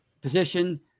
position